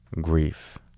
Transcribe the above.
Grief